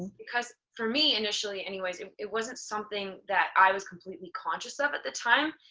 because for me, initially anyways, it wasn't something that i was completely conscious of at the time.